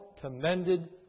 commended